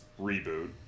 reboot